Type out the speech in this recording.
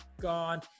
gone